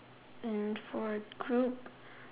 and for a group